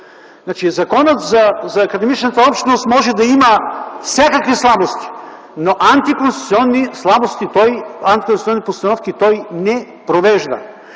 Законът за академичната общност може да има всякакви слабости, но антиконституционни постановки той не провежда.